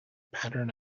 pattern